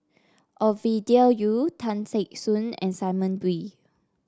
Ovidia Yu Tan Teck Soon and Simon Wee